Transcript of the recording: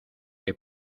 que